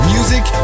Music